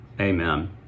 amen